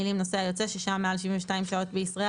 המילים "נוסע יוצא ששהה מעל 72 שעות בישראל,